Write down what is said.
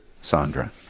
Sandra